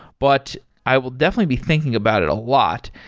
but i will definitely be thinking about it a lot.